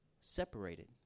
Separated